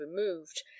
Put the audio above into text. removed